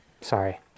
Sorry